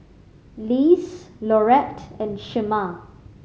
Lise Laurette and Shemar